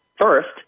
first